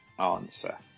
Answer